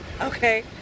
okay